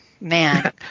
Man